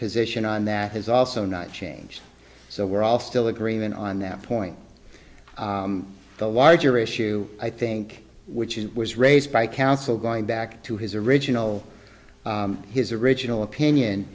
position on that is also not changed so we're all still agreement on that point the larger issue i think which is was raised by counsel going back to his original his original opinion